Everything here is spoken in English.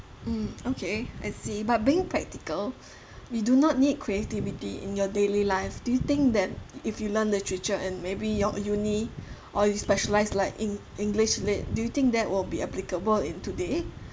mm okay I see but being practical we do not need creativity in your daily life do you think that if you learn literature in maybe your uni or you specialized like in english lit do you think that will be applicable in today